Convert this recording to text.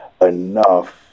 enough